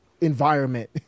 environment